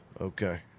Okay